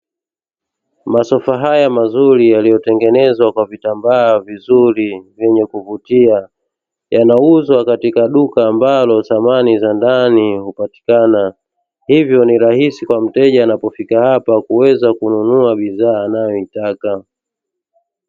Masofa haya mazuri yaliyotengenezwa kwa vitambaa vizuri yenye kuvutia, yanauzwa katika duka ambalo samani za ndani hupatikana, hivyo ni rahisi kwa mteja anapofika hapa kuweza kununua bidhaa anayo itaka.